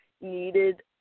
needed